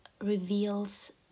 reveals